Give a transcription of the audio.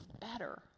better